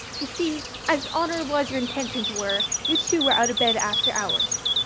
you see, as honorable as your intentions were you too were out of bed after hours.